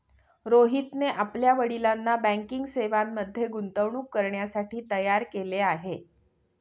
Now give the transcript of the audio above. रोहितने आपल्या वडिलांना बँकिंग सेवांमध्ये गुंतवणूक करण्यासाठी तयार केले आहे